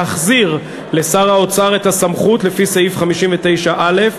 להחזיר לשר האוצר את הסמכות לפי סעיף 59א(א)